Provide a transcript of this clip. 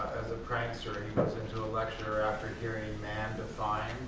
as a prankster, he runs into a lecture after hearing man defined,